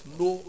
no